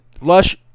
lush